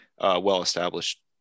well-established